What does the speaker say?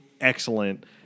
excellent